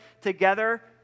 together